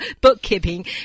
bookkeeping